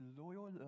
loyal